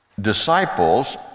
disciples